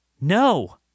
No